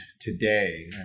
today